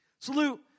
Salute